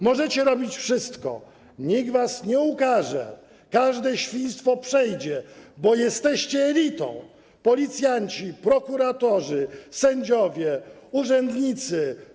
Możecie robić wszystko, nikt was nie ukarze, każde świństwo przejdzie, bo jesteście elitą: policjanci, prokuratorzy, sędziowie, urzędnicy.